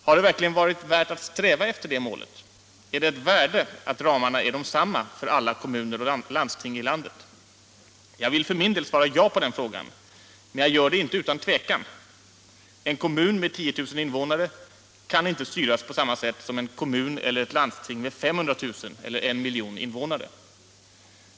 Har det verkligen varit värt att sträva efter det målet? Är det ett värde att ramarna är desamma för alla kommuner och landsting i landet? Jag vill för min del svara ja på den frågan, men jag gör det inte utan tvekan. En kommun med 10 000 invånare kan inte styras på samma sätt som en kommun eller ett landsting med 500 000 eller 1 miljon invånare.